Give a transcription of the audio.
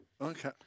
Okay